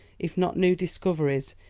if not new discoveries,